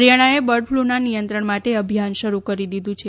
હરિયાણાએ બર્ડફ્લૂના નિયંત્રણ માટે અભિયાન શરૂ કરી દીધું છે